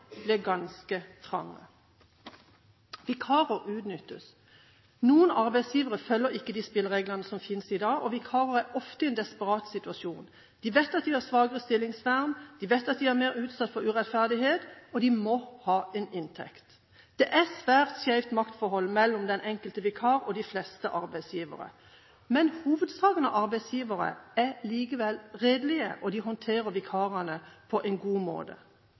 ble ganske trange økonomisk. Vikarer utnyttes. Noen arbeidsgivere følger ikke de spillereglene som finnes i dag, og vikarer er ofte i en desperat situasjon. De vet at de har svakere stillingsvern, de vet at de er mer utsatt for urettferdighet, men de må ha en inntekt. Det er et svært skjevt maktforhold mellom den enkelte vikar og de fleste arbeidsgivere. Hoveddelen av arbeidsgiverne er likevel redelige, og de håndterer vikarene på en god måte.